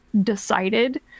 decided